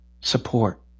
support